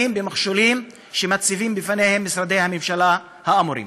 במכשולים שמציבים בפניהם משרדי הממשלה האמורים.